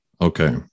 Okay